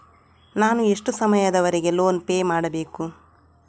ನಾನು ಎಷ್ಟು ಸಮಯದವರೆಗೆ ಲೋನ್ ಪೇ ಮಾಡಬೇಕು?